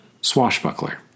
Swashbuckler